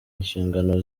inshingano